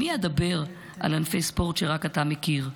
עם מי אדבר על ענפי ספורט שרק אתה מכיר?